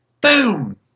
boom